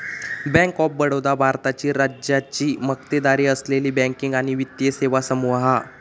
bank of Baroda भारताची राज्याची मक्तेदारी असलेली बँकिंग आणि वित्तीय सेवा समूह हा